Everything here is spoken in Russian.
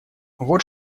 вот